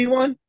one